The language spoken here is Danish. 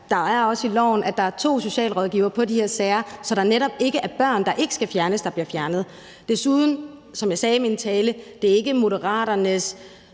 loven også tale om, at der er to socialrådgivere på de her sager, så der netop ikke er børn, der ikke skal fjernes, som bliver fjernet. Desuden er det, som jeg også sagde i min tale, ikke Moderaternes